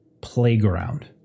playground